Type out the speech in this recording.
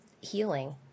healing